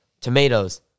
Tomatoes